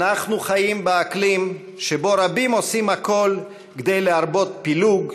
אנחנו חיים באקלים שבו רבים עושים הכול כדי להרבות פילוג,